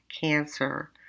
cancer